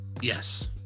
yes